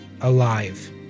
alive